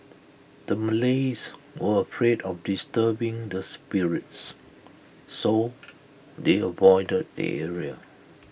the Malays were afraid of disturbing the spirits so they avoided the area